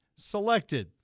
Selected